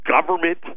government